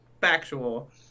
factual